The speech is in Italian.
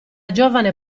giovane